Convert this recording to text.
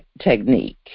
technique